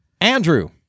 Andrew